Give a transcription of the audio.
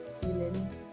feeling